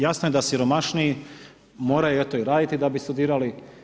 Jasno je da siromašniji moraju eto i raditi da bi studirali.